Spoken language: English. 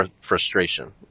frustration